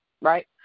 right